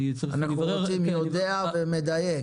אנחנו רוצים "יודע ומדייק".